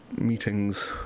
meetings